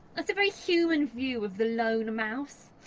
that's a very human view of the lone mouse.